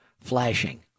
flashing